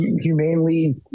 humanely